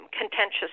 contentious